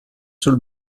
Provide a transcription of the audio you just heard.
sul